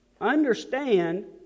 understand